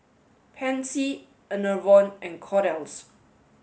Pansy Enervon and Kordel's